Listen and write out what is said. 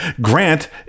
Grant